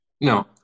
No